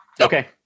Okay